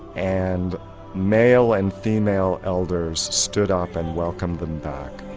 and male and female elders stood up and welcomed them back.